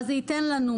מה זה ייתן לנו,